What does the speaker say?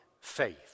faith